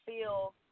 feel